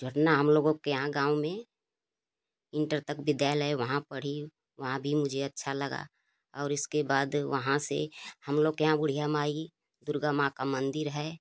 जितना हम लोगों के यहाँ गाँव में इंटर तक विद्यालय है वहाँ पढ़ी वहाँ भी मुझे अच्छा लगा और उसके बाद वहाँ से हम लोग के यहाँ बुढ़िया माई दुर्गा माँ का मंदिर है